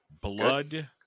Blood